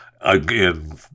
again